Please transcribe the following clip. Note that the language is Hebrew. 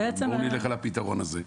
בוא נלך על הפתרון הזה.